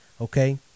okay